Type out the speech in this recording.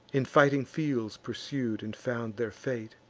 in fighting fields pursued and found their fate